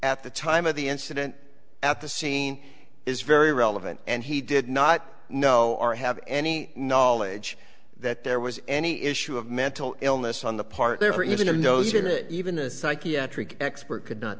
at the time of the incident at the scene is very relevant and he did not know or have any knowledge that there was any issue of mental illness on the part they were using or no zenit even a psychiatric expert could not